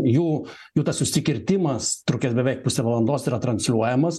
jų jų tas susikirtimas trukęs beveik pusę valandos yra transliuojamas